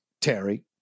Terry